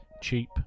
cheap